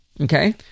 Okay